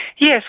Yes